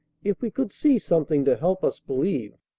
if we could see something to help us believe